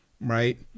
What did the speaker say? Right